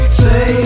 say